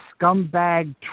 scumbag